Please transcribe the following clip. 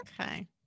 Okay